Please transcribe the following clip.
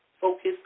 Focus